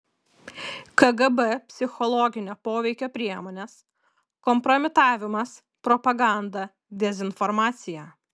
kgb psichologinio poveikio priemonės kompromitavimas propaganda dezinformacija